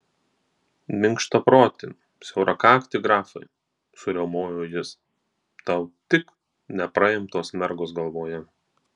minkštaproti siaurakakti grafai suriaumojo jis tau tik nepraimtos mergos galvoje